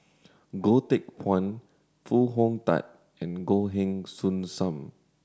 Goh Teck Phuan Foo Hong Tatt and Goh Heng Soon Sam